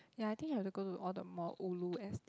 ya I think you have to go to all the more ulu estate